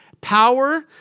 power